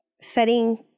Setting